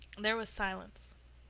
there was silence.